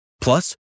Plus